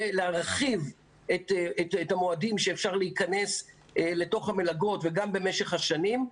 להרחיב את המועדים שאפשר להיכנס לתוך המלגות וגם להרחיב את משך השנים,